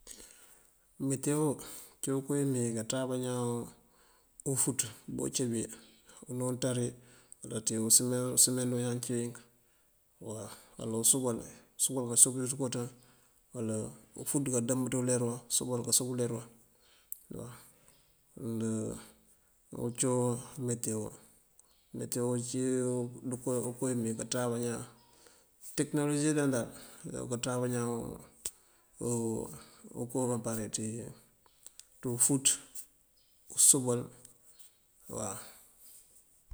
Metewo cúu kowí meewí kaţa bañaan ufúţ bu cíbí unú unţari naţí usëmen semen wu kayán wink waw. Wala usúbal usúbal kásúb ţí ţëkoţan wala ufúţ kádëmb ţí uler waŋ usúbal kásúb ţí uler waŋ waw wul cúu metewo. Metewo cún uko wímeewí kaţa bañaan. Tekënolosi dan dal uko kaţa bañaan uko wí kapar wí ţí ufúţ usúbal waw.